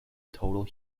total